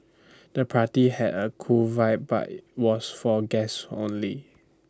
the party had A cool vibe but was for guests only